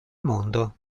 mondo